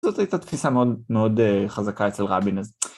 זאת הייתה תפיסה מאוד חזקה אצל רבין אז